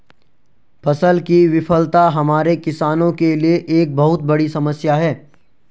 फसल की विफलता हमारे किसानों के लिए एक बहुत बड़ी समस्या है